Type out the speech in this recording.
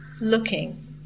looking